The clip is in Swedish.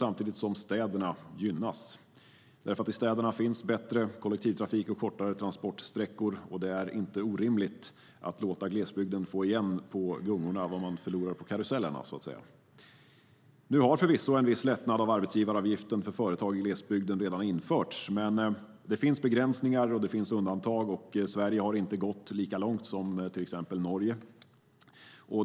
Samtidigt gynnas städerna, för i städerna finns bättre kollektivtrafik och kortare transportsträckor. Det är inte orimligt att låta glesbygden få igen på gungorna vad man förlorar på karusellerna. Nu har förvisso en viss lättnad av arbetsgivaravgiften för företag i glesbygden redan införts. Men det finns begränsningar och undantag, och Sverige har inte gått lika långt som till exempel Norge.